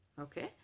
Okay